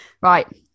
Right